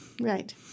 Right